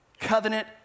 covenant